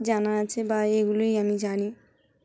জানা আছে বা এগুলোই আমি জানি